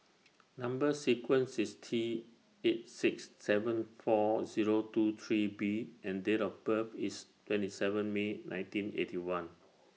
Number sequence IS T eight six seven four Zero two three B and Date of birth IS twenty seven May nineteen Eighty One